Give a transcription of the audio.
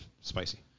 spicy